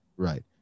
Right